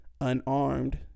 unarmed